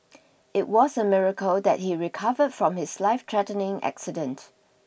it was a miracle that he recovered from his life threatening accident